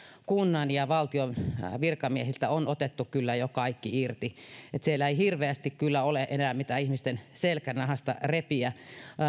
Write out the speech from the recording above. kunnan ja valtion virkamiehistä on otettu kyllä jo kaikki irti siellä ei hirveästi kyllä ole enää mitä ihmisten selkänahasta repiä